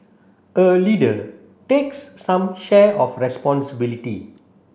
a leader takes some share of responsibility